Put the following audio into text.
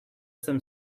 some